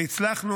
והצלחנו,